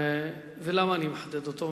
למה אני מחדד אותו?